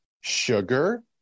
sugar